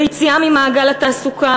ביציאה ממעגל התעסוקה,